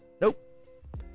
nope